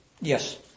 Yes